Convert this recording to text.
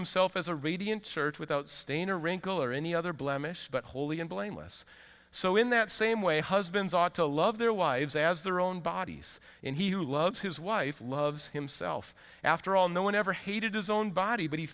himself as a radiant church without stain or wrinkle or any other blemish but holy and blameless so in that same way husbands ought to love their wives as their own bodies and he who loves his wife loves himself after all no one ever hated his own body but he